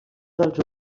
dels